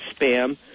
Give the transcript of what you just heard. spam